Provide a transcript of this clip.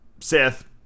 Sith